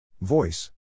Voice